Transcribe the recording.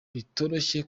bitoroshye